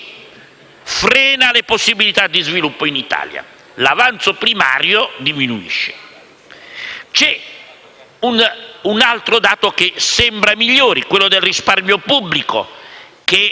che frena le possibilità di sviluppo in Italia. L'avanzo primario diminuisce. Vi è un altro dato che sembra migliore, cioè quello del risparmio pubblico,